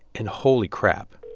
and holy crap.